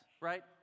right